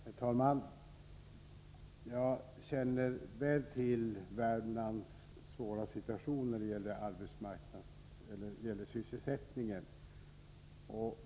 Herr talman! Jag känner väl till Värmlands svåra situation när det gäller sysselsättningen.